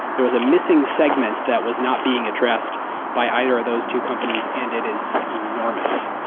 there was a missing segment that was not being addressed by either of those two companies, and it is enormous.